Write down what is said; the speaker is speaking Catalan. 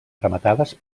rematades